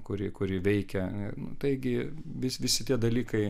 kuri kuri veikia taigi vis visi tie dalykai